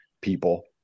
people